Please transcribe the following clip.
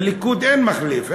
לליכוד אין מחליף,